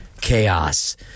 Chaos